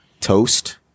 toast